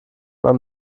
man